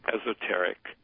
esoteric